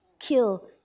kill